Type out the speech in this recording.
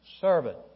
servant